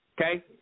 Okay